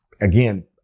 again